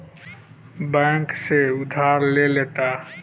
bank से उधार ले लेता